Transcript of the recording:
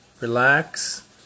relax